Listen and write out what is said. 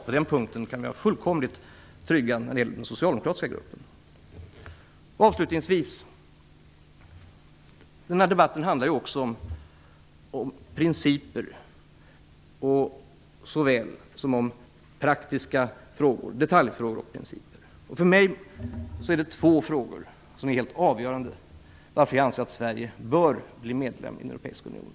På den punkten kan ni vara fullkomligt trygga när det gäller den socialdemokratiska gruppen. Denna debatt handlar också såväl om principer som om praktiska frågor, detaljfrågor. För mig är två frågor helt avgörande för varför jag anser att Sverige bör bli medlem i den europeiska unionen.